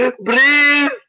Breathe